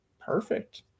perfect